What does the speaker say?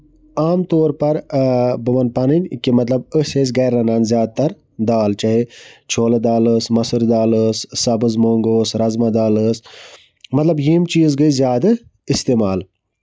عام طور پَر بہٕ وَنہٕ پَنٕنۍ کہِ أسۍ ٲسۍ گرِ رَنان زیادٕ تر دال چاہے چھولہٕ دال ٲسۍ مُسر دال ٲسۍ سَبٕز مۄنگ اوس رَزما دال ٲسۍ مطلب یِم چیٖز گٔے زیادٕ اِستعمال